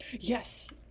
Yes